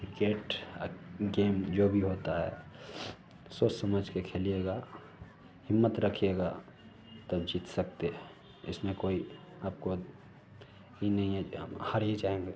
cricket game जो भी होता है सोच समझ कर खेलिएगा हिम्मत रखिएगा तब जीत सकते हैं इसमें कोई आपको ई नई है कि हम हार ही जाएँगे